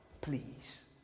please